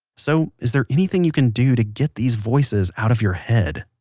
so is there anything you can do to get these voices out of your head?